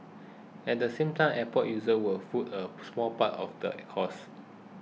at the same time airport users will foot a small part of the cost